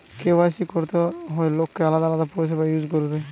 KYC করতে হয় লোককে আলাদা আলাদা পরিষেবা ইউজ করতে